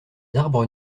arbres